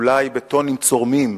אולי, בטונים צורמים,